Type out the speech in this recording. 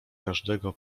każdego